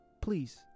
please